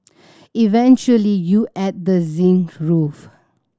eventually you add the zinc roof